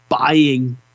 buying